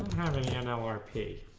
n l r p